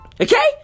Okay